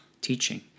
teaching